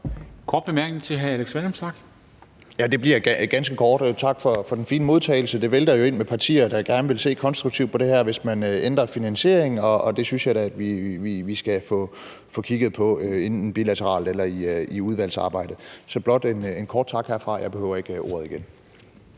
Kl. 13:26 Alex Vanopslagh (LA): Ja, det bliver ganske kort. Tak for den fine modtagelse. Det vælter jo ind med partier, der gerne vil se konstruktivt på det her, hvis man ændrer finansieringen, og det synes jeg da at vi skal få kigget på, enten bilateralt eller i udvalgsarbejdet. Så det er blot en kort tak herfra, og jeg behøver ikke ordet igen.